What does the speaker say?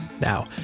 Now